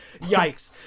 yikes